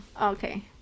okay